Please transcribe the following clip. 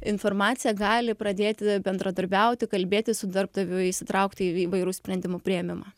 informaciją gali pradėti bendradarbiauti kalbėtis su darbdaviu įsitraukti į įvairų sprendimų priėmimą